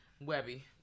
Webby